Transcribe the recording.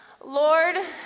Lord